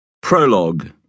Prologue